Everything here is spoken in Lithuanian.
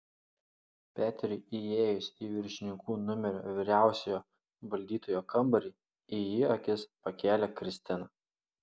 peteriui įėjus į viršininkų numerio vyriausiojo valdytojo kambarį į jį akis pakėlė kristina